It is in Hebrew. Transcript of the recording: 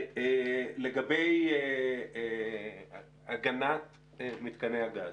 לגבי הגנת מתקני הגז.